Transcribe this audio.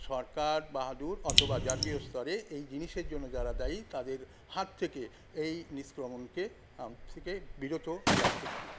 সরকার বাহাদুর অথবা জাতীয় স্তরে এই জিনিসের জন্য যারা দায়ী তাদের হাত থেকে এই নিষ্ক্রমণকে বিরত রাখতে পারি